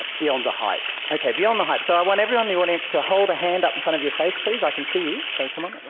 beyond the hype? okay, beyond the hype. so i want everyone in the audience to hold a hand up in front of your face please. i can see you, so come on,